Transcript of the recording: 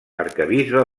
arquebisbe